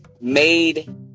made